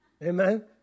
Amen